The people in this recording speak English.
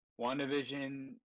WandaVision